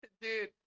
Dude